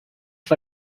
for